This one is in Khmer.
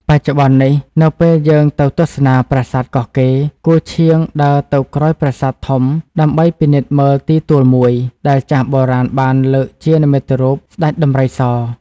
បច្ចុប្បន្ននេះ នៅពេលយើងទៅទស្សនា ប្រាសាទកោះកេរ គួរឆៀងដើរទៅក្រោយប្រាសាទធំដើម្បីពិនិត្យមើលទីទួលមួយ ដែលចាស់បុរាណបានលើកជានិមិត្តរូបស្តេចដំរីស។